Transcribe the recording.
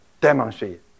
demonstrate